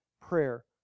prayer